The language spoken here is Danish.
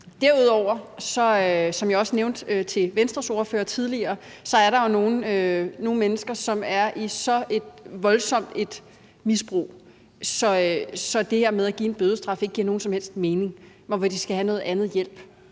der jo, som jeg også nævnte for Venstres ordfører tidligere, nogle mennesker, som er i et så voldsomt misbrug, at det her med at give en bødestraf ikke giver nogen som helst mening, men hvor de skal have en anden hjælp.